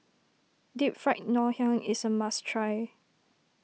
Deep Fried Ngoh Hiang is a must try